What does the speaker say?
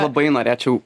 labai norėčiau